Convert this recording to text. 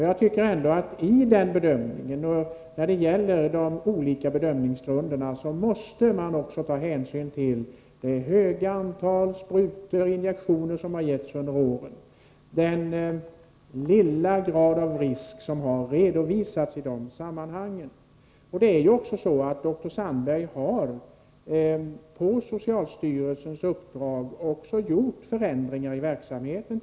Jag tycker att man i den bedömningen också måste ta hänsyn till det stora antal injektioner som har givits under åren och den lilla grad av risk som har redovisats i de sammanhangen. Dr Sandberg har på socialstyrelsens uppmaning vidtagit förändringar i verksamheten.